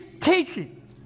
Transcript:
teaching